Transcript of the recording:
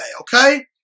okay